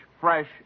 fresh